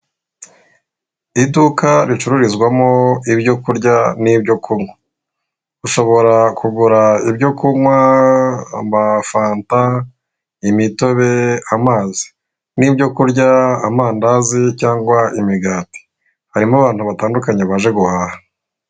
Iduka ricururizwamo ibyo kurya n'ibyo kunywa ushobora kugura ibyo kunywa ama fanta, imitobe amazi n' ibyo kurya amandazi cyangwa imigati harimo abantu batandukanye baje guhaha.